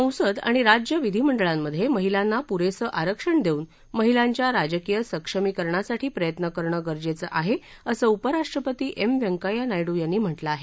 संसद आणि राज्य विधिमंडळांमध्ये महिलांना पुरेसं आरक्षण देऊन महिलांच्या राजकीय सक्षमीकरणासाठी प्रयत्न करणं गरजेचं आहे असं उपराष्ट्रपती एम वेंकच्या नायडू यांनी म्हटलं आहे